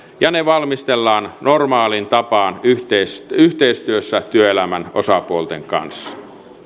ja ne valmistellaan normaaliin tapaan yhteistyössä yhteistyössä työelämän osapuolten kanssa